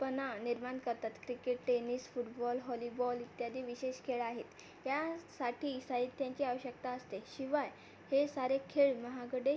पणा निर्माण करतात क्रिकेट टेनिस फुटबॉल हाॅॅलीबॉल इत्यादी विशेष खेळ आहेत यासाठी साहित्यांची आवश्यकता असते शिवाय हे सारे खेळ महागडे